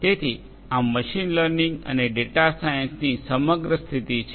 તેથી આ machine learning અને ડેટા સાયન્સની સમગ્ર સ્થિતિ છે